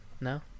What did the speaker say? No